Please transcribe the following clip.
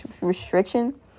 restriction